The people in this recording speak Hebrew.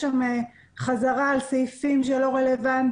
שם חזרה על סעיפים שהם לא רלוונטיים.